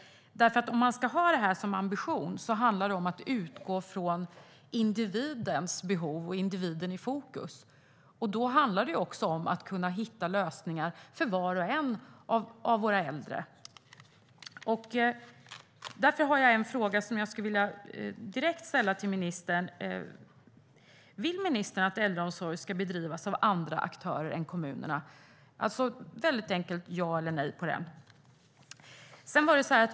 Om man ska ha detta som ambition handlar det om att utgå från individens behov och att ha individen i fokus. Det handlar också om att kunna hitta lösningar för var och en av våra äldre. Därför har jag en fråga jag skulle vilja ställa direkt till ministern. Vill ministern att äldreomsorg ska bedrivas av andra aktörer än kommunerna? Jag skulle vilja ha ett väldigt enkelt ja eller nej på den frågan.